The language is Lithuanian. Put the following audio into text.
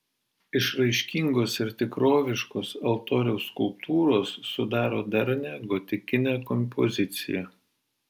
išraiškingos ir tikroviškos altoriaus skulptūros sudaro darnią gotikinę kompoziciją